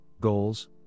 goals